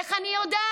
איך אני יודעת?